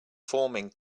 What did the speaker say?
forming